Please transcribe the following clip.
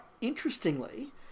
interestingly